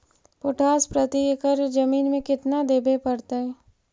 Potash प्रति एकड़ जमीन में केतना देबे पड़तै?